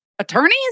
Attorneys